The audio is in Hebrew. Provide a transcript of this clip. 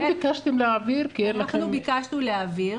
ביקשתם להעביר כי אין לכם --- אנחנו ביקשנו להעביר